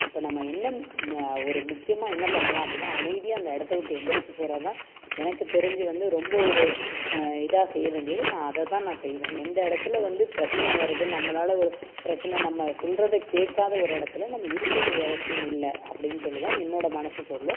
அப்போ நம்ம என்ன ஒரு முக்கியமாக என்ன பண்ணலாம் அப்படின்னா அமைதியாக அந்த இடத்த விட்டு எழுந்திரிச்சி போகிறது தான் எனக்கு தெரிஞ்சு வந்து ரொம்ப ஒரு இதாகச் செய்ய வேண்டியது நான் அதை தான் நான் செய்வேன் எந்த இடத்துல வந்து பிரச்சனை வருது நம்மளால் ஒரு பிரச்சனை நம்ம சொல்கிறத கேட்காத ஒரு இடத்துல நம்ம இருக்க வேண்டிய அவசியமில்லை அப்படின் சொல்லித் தான் என்னோடய மனதுச் சொல்லும்